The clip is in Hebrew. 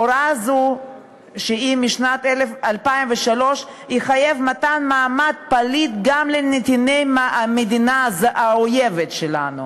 הוראה זאת משנת 2003 תחייב מתן מעמד פליט גם לנתיני מדינה אויבת שלנו.